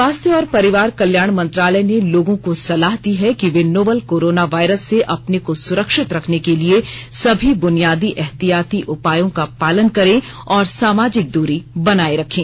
स्वास्थ्य और परिवार कल्याण मंत्रालय ने लोगों को सलाह दी है कि वे नोवल कोरोना वायरस से अपने को सुरक्षित रखने के लिए सभी बुनियादी एहतियाती उपायों का पालन करें और सामाजिक दूरी बनाए रखें